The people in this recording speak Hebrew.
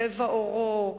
צבע עורו,